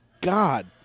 God